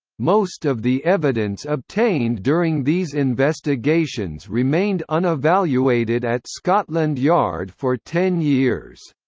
most of the evidence obtained during these investigations remained unevaluated at scotland yard for ten years.